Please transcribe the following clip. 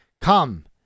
come